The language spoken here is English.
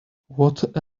what